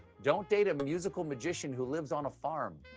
don't date a musical magician who lives on a farm.